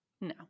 No